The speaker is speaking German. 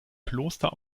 kloster